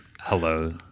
hello